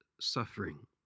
suffering